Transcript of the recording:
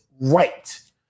right